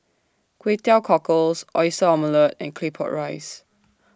Kway Teow Cockles Oyster Omelette and Claypot Rice